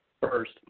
First